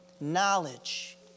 knowledge